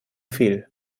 fehl